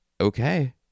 okay